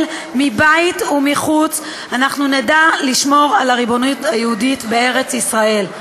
מבית ומחוץ אנחנו נדע לשמור על הריבונות היהודית בארץ-ישראל.